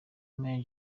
may